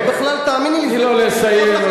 תני לו לסיים.